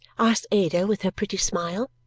asked ada with her pretty smile.